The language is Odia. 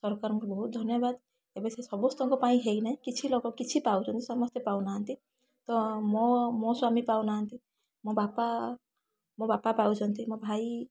ସରକାରଙ୍କୁ ବହୁତ ଧନ୍ୟବାଦ ଏବେ ସେ ସମସ୍ତଙ୍କ ପାଇଁ ହେଇନାହିଁ କିଛି ଲୋକ କିଛି ପାଉଛନ୍ତି ସମସ୍ତେ ପାଉନାହାଁନ୍ତି ତ ମୋ ମୋ ସ୍ୱାମୀ ପାଉନାହାଁନ୍ତି ମୋ ବାପା ମୋ ବାପା ପାଉଛନ୍ତି ମୋ ଭାଇ